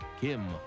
Kim